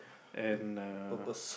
and uh